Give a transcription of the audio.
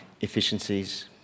efficiencies